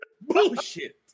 Bullshit